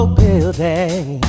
building